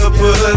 put